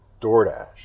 DoorDash